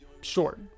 short